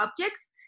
objects